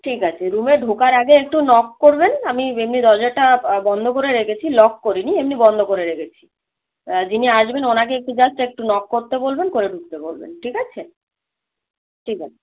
ঠিক আছে রুমে ঢোকার আগে একটু নক করবেন আমি এমনি দরজাটা বন্ধ করে রেখেছি লক করি নি এমনি না বন্ধ করে রেখেছি যিনি আসবেন ওনাকে একটু জাস্ট একটু নক করতে বলবেন করে ঢুকতে বলবেন ঠিক আছে ঠিক আছে